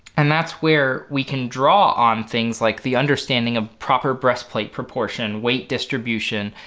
and that's where we can draw on things like the understanding of proper breastplate proportion, weight distribution,